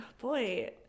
boy